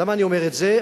למה אני אומר את זה?